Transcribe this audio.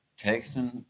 texting